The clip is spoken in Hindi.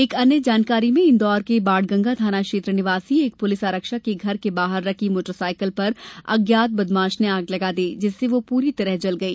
एक अन्य जानकारी में इंदौर के बाणगंगा थाना क्षेत्र निवासी एक पुलिस आरक्षक की घर के बाहर रखी मोटर साइकिल पर अज्ञात बदमाश ने आग लगा दी जिससे वह पूरी तरह जल गई